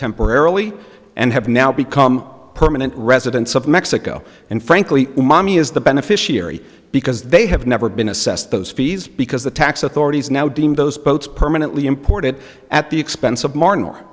temporarily and have now become permanent residents of mexico and frankly mommy is the beneficiary because they have never been assessed those fees because the tax authorities now deem those boats permanently imported at the expense of m